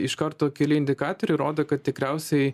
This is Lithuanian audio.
iš karto keli indikatoriai rodo kad tikriausiai